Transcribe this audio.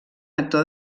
actor